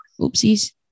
oopsies